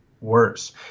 worse